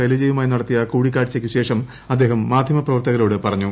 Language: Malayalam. ശൈലജയുമായി നടത്തിയ കൂടിക്കാഴ്ചയ്ക്കുശേഷം അദ്ദേഹം മാധ്യമ പ്രവർത്തകരോട് പറഞ്ഞു